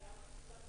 בבקשה.